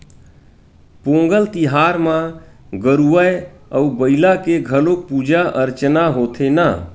पोंगल तिहार म गरूवय अउ बईला के घलोक पूजा अरचना होथे न